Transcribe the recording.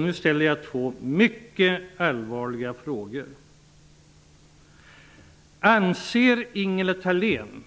Nu ställer jag två politiskt mycket allvarliga frågor: Anser Ingela Thalén